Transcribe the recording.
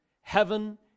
heaven